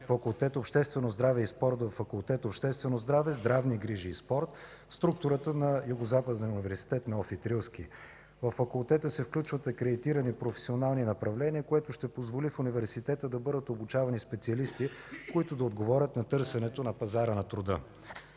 Факултет „Обществено здраве и спорт” във Факултет „Обществено здраве, здравни грижи и спорт” в структурата на Югозападния университет „Неофит Рилски”. Във Факултета се включват акредитирани професионални направления, което ще позволи в Университета да бъдат обучавани специалисти, които да отговорят на търсенето на пазара на труда.